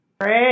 Great